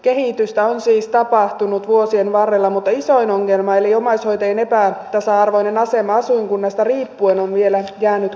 kehitystä on siis tapahtunut vuosien varrella mutta isoin ongelma eli omaishoitajien epätasa arvoinen asema asuinkunnasta riippuen on vielä jäänyt korjaamatta